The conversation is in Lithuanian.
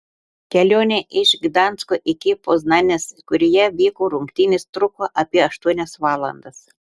kelionė iš gdansko iki poznanės kurioje vyko rungtynės truko apie aštuonias valandas